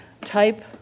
type